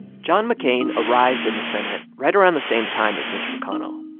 john mccain arrived in the senate right around the same time as mitch mcconnell,